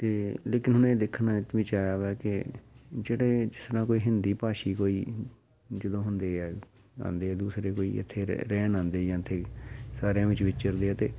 ਅਤੇ ਲੇਕਿਨ ਹੁਣ ਇਹ ਦੇਖਣ ਵਿੱਚ ਆਇਆ ਵਾ ਕਿ ਜਿਹੜੇ ਜਿਸ ਤਰਾਂ ਕੋਈ ਹਿੰਦੀ ਭਾਸ਼ੀ ਕੋਈ ਜਦੋਂ ਹੁੰਦੇ ਆ ਆਉਂਦੇ ਆ ਦੂਸਰੇ ਕੋਈ ਇੱਥੇ ਰਹਿਣ ਆਉਂਦੇ ਜਾਂ ਇੱਥੇ ਸਾਰਿਆਂ ਵਿੱਚ ਵਿਚਰਦੇ ਆ ਅਤੇ